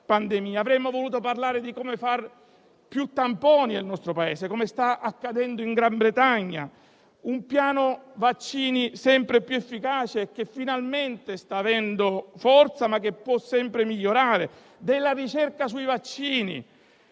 Avremmo voluto parlare di come fare più tamponi nel nostro Paese, come sta accadendo in Gran Bretagna; di un piano vaccini sempre più efficace e che finalmente sta avendo forza, ma che può sempre migliorare; della ricerca sui vaccini,